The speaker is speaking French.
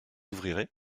ouvrirez